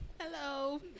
Hello